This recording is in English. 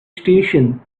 station